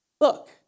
Look